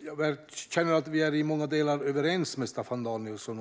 Jag känner att Staffan Danielsson och jag i många delar är överens.